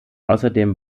außerdem